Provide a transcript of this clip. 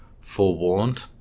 forewarned